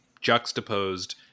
juxtaposed